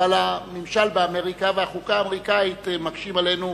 אבל הממשל באמריקה והחוקה האמריקנית מקשים עלינו.